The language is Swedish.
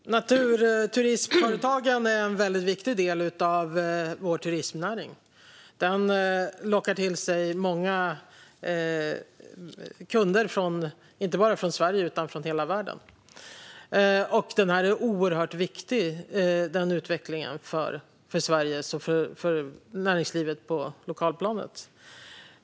Fru talman! Naturturismföretagen är en viktig del av vår turistnäring. Den lockar till sig många kunder från Sverige och övriga världen. Denna utveckling är viktig för Sverige och för näringslivet på lokalplanet.